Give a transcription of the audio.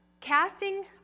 casting